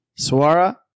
Suara